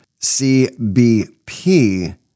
CBP